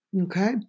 Okay